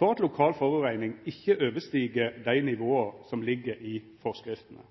for at lokal forureining ikkje overstig dei nivåa som ligg i forskriftene.